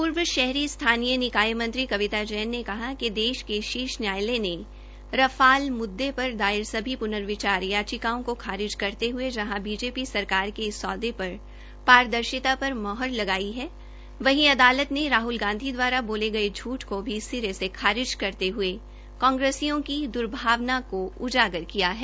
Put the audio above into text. पूर्व शहरी स्थानीय निकाय मंत्री कविता जैन ने कहा कि देश के शीर्ष न्यायालय ने रफाल मुददे पर दायर सभी पुनर्विचार याचिकाओं को खारिज करते हुए जहां बीजेपी सरकार के इस सौदे पर पारदर्शिता पर मुहर लगाई है वहीं अदालत ने राहुल गांधी द्वारा बोले गए झूठ को भी सिरे से खारिज करते हुए कांग्रेसियों की दुर्भावना को उजागर किया है